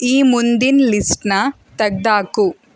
ಈ ಮುಂದಿನ ಲಿಸ್ಟನ್ನ ತೆಗೆದಾಕು